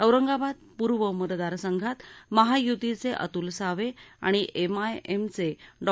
औरंगाबाद पूर्व मतदार संघात महायुतीचे अतुल सावे आणि एमआयएमचे डॉ